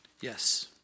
Yes